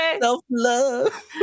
Self-love